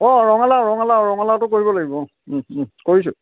অঁ ৰঙালাও ৰঙালাও ৰঙালাওটো কৰিব লাগিব কৰিছোঁ